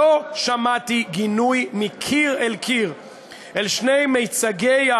לא שמעתי גינוי מקיר אל קיר על שני מיצגי,